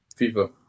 FIFA